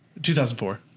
2004